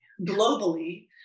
globally